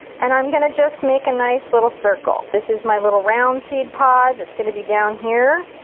and i'm gonna just make a nice little circle this is my little round seed pod that's gonna be down here.